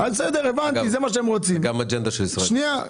גם אג'נדה של ישראל ביתנו.